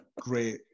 great